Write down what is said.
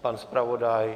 Pan zpravodaj?